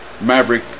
maverick